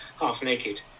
half-naked